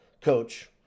coach